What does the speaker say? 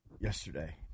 yesterday